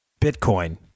Bitcoin